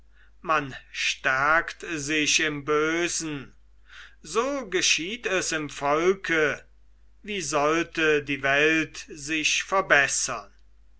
man stärkt sich im bösen so geschieht es im volke wie sollte die welt sich verbessern